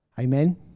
Amen